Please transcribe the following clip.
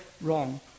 wrong